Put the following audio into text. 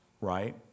Right